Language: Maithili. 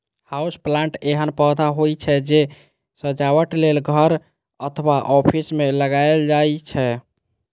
हाउस प्लांट एहन पौधा होइ छै, जे सजावट लेल घर अथवा ऑफिस मे लगाएल जाइ छै